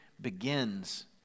begins